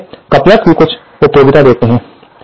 तो चलिए कपलर की कुछ उपयोगिता देखते हैं